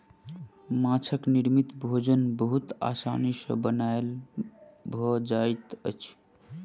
माँछक निर्मित भोजन बहुत आसानी सॅ बनायल भ जाइत अछि